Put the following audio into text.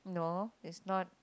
no is not